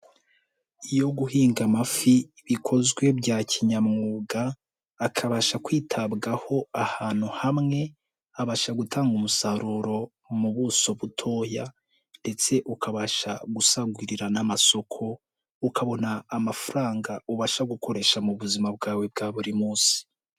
Iyo guhinga amafi bikozwe bya kinyamwuga, akabasha kwitabwaho ahantu hamwe, abasha gutanga umusaruro mu buso butoya ndetse ukabasha gusangurira n'amasoko, ukabona amafaranga ubasha gukoresha mu buzima bwawe bwa buri munsi.